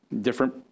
Different